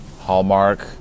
Hallmark